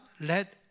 let